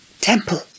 Temple